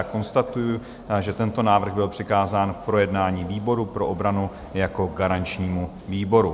Konstatuji, že tento návrh byl přikázán k projednání výboru pro obranu jako garančnímu výboru.